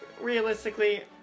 realistically